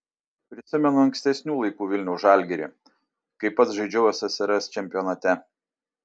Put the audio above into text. prisimenu ankstesnių laikų vilniaus žalgirį kai pats žaidžiau ssrs čempionate